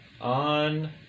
On